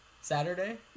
Saturday